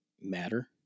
matter